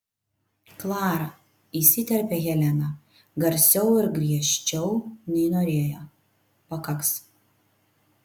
klara įsiterpia helena garsiau ir griežčiau nei norėjo pakaks